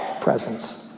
presence